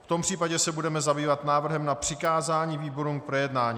V tom případě se budeme zabývat návrhem na přikázání výborům k projednání.